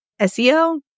SEO